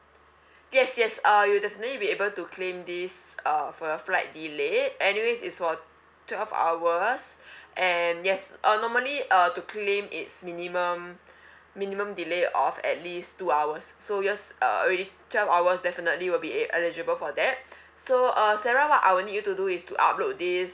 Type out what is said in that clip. yes yes uh you definitely be able to claim this uh for your flight delay anyway it's for twelve hours and yes uh normally uh to claim it's minimum minimum delay of at least two hours so yours uh already twelve hours definitely will be e~ eligible for that so uh sarah what I will need you to do is to upload this